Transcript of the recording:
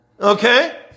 Okay